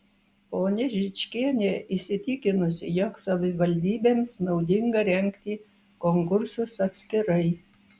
ponia žičkienė įsitikinusi jog savivaldybėms naudinga rengti konkursus atskirai